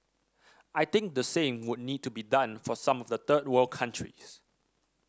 I think the same would need to be done for some of the third world countries